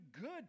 good